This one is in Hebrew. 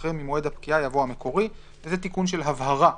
אחרי "ממועד הפקיעה" יבוא "המקורי"; זה תיקון של הבהרה.